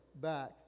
back